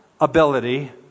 ability